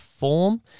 form